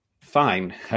fine